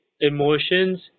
emotions